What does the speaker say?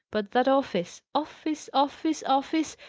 but that office! office office office,